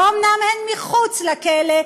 ואומנם הן מחוץ לכלא,